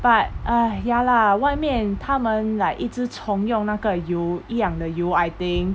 but ah ya lah 外面他们 ta men like 一直从用那个油一样的油 I think